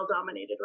dominated